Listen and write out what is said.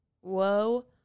Whoa